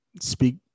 speak